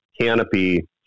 canopy